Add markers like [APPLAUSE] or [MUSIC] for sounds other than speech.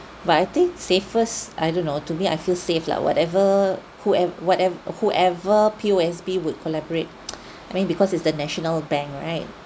but I think safest I don't know to me I feel safe lah whatever whoev~ whatev~ whoever P_O_S_B would collaborate [NOISE] I mean because it's the national bank right